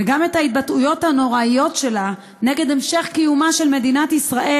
וגם את ההתבטאויות הנוראות שלה נגד המשך קיומה של מדינת ישראל